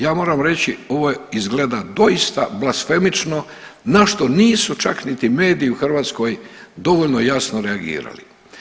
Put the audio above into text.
Ja moram reći ovo izgleda doista blasfemično na što nisu čak ni mediji u Hrvatskoj dovoljno jasno reagirali.